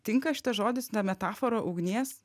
tinka šitas žodis metafora ugnies